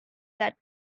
that